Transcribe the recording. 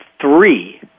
three